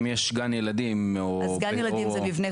אם יש גן ילדים --- גן ילדים זה מבנה